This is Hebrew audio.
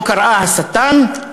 שקראה לו "השטן",